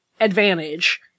advantage